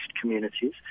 communities